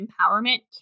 empowerment